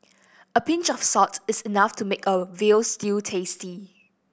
a pinch of salt is enough to make a veal stew tasty